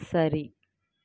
சரி